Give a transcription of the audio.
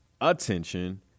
attention